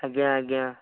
ଆଜ୍ଞା ଆଜ୍ଞା